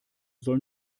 soll